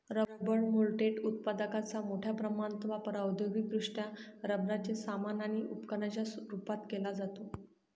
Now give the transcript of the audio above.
rubber moulded उत्पादकांचा मोठ्या प्रमाणात वापर औद्योगिकदृष्ट्या रबराचे सामान आणि उपकरणांच्या रूपात केला जातो